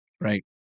Right